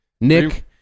Nick